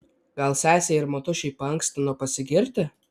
gal sesei ir motušei paankstino pasigirti